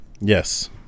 Yes